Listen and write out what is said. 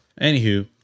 Anywho